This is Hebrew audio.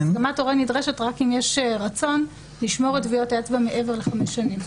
הסכמת הורה נדרשת רק אם יש רצון לשמור את טביעות האצבע מעבר לחמש שנים,